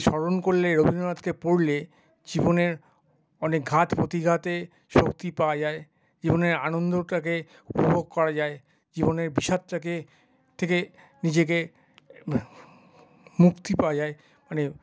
স্মরণ করলে রবীন্দ্রনাথকে পড়লে জীবনের অনেক ঘাত প্রতিঘাতে শক্তি পাওয়া যায় জীবনের আনন্দটাকে উপভোগ করা যায় জীবনের বিষাদটাকে থেকে নিজেকে মুক্তি পাওয়া যায় মানে